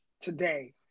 today